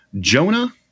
Jonah